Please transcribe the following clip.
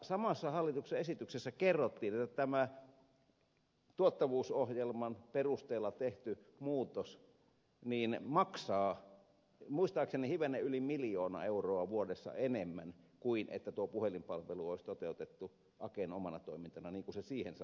samassa hallituksen esityksessä kerrottiin että tämä tuottavuusohjelman perusteella tehty muutos maksaa muistaakseni hivenen yli miljoona euroa vuodessa enemmän kuin se että tuo puhelinpalvelu olisi toteutettu aken omana toimintana niin kuin se siihen saakka oli tehty